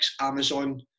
Amazon